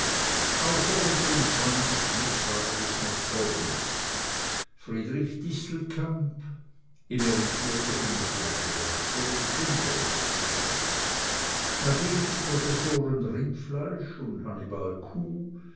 außer unserem freunde schmidt waren es noch folgende friedrich distelkamp emeritierter gymnasialdirektor senior des kreises nach ihm die professoren rindfleisch und hannibal kuh